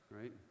right